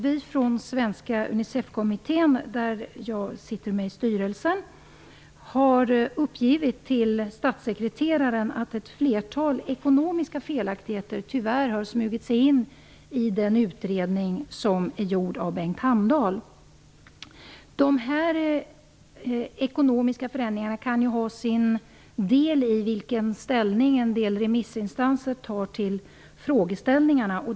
Vi från Svenska Unicefkommittén, där jag sitter med i styrelsen, har uppgivit till statssekreteraren att ett flertal ekonomiska felaktigheter tyvärr har smugit sig in i den utredning som är gjord av Bengt Hamdahl. Dessa ekonomiska förändringar kan ha betydelse för vilken inställning en del remissinstanser tar till frågeställningarna.